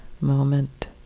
moment